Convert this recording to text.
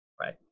Right